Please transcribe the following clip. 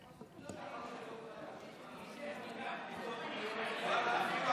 את הצעת חוק הביטוח הלאומי (תיקון,